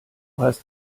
hast